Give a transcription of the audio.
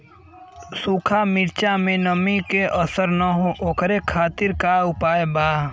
सूखा मिर्चा में नमी के असर न हो ओकरे खातीर का उपाय बा?